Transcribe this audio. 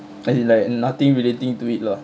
then he like nothing relating to it lah